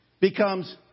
becomes